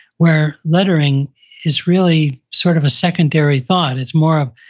where lettering is really sort of a secondary thought. it's more of,